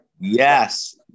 yes